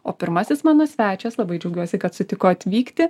o pirmasis mano svečias labai džiaugiuosi kad sutiko atvykti